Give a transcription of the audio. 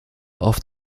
auf